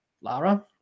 Lara